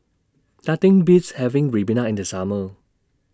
Nothing Beats having Ribena in The Summer